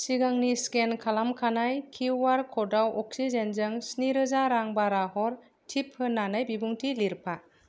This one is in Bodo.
सिगांनि स्केन खालामखानाय किउआर खडाव अक्सिजेनजों सिनिरोजा रां बारा हरटिप होन्नानै बिबुंथि लिरफा